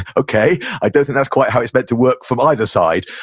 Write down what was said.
okay, i don't think that's quite how it's meant to work from either side,